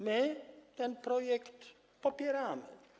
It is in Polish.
My ten projekt popieramy.